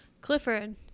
Clifford